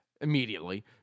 immediately